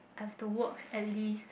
have to work at least